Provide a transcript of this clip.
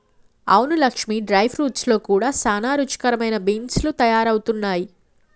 అవును Lakshmi dry fruits లో కూడా సానా రుచికరమైన బీన్స్ లు తయారవుతున్నాయి